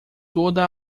toda